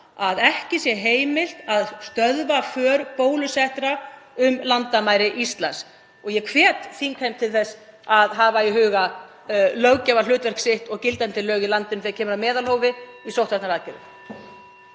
að ekki sé heimilt að stöðva för bólusettra um landamæri Íslands. (Forseti hringir.) Ég hvet þingheim til þess að hafa í huga löggjafarhlutverk sitt og gildandi lög í landinu þegar kemur að meðalhófi í sóttvarnaaðgerðum.